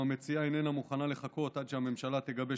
אם המציעה איננה מוכנה לחכות עד שהממשלה תגבש